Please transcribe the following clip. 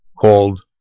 called